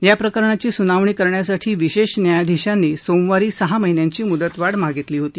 या प्रकरणाची सुनावणी करण्यासाठी विशेष न्यायाधीशांनी सोमवारी सहा महिन्यांची मुदतवाढ मागितली होती